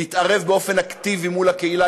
להתערב באופן אקטיבי מול הקהילה,